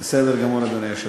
בסדר גמור, אדוני היושב-ראש.